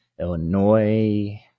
Illinois